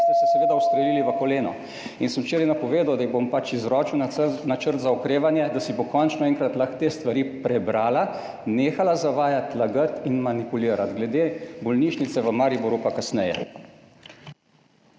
ste se seveda ustrelili v koleno. Včeraj sem napovedal, da ji bom pač izročil načrt za okrevanje, da si bo končno enkrat lahko te stvari prebrala, nehala zavajati, lagati in manipulirati. Glede bolnišnice v Mariboru pa kasneje.